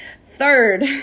third